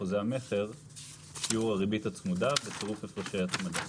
חוזה המכר - שיעור הריבית הצמודה בהפרשי הצמדה.